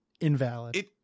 invalid